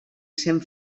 sent